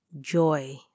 Joy